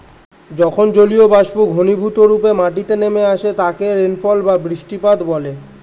যখন জলীয়বাষ্প ঘনীভূতরূপে মাটিতে নেমে আসে তাকে রেনফল বা বৃষ্টিপাত বলে